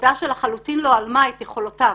עבודה שלחלוטין לא הלמה את יכולותיו,